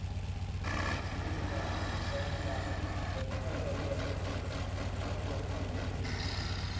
दूद ह तन ल जतका जरूरत होथे ओतका प्रोटीन देथे